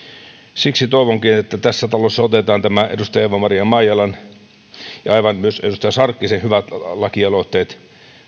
siksi toivonkin että tässä talossa otetaan edustaja eeva maria maijalan ja aivan myös edustaja sarkkisen hyvät lakialoitteet